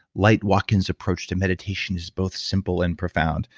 light watkins approach to meditation is both simple and profound.